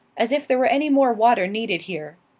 as if there were any more water needed here!